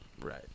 Right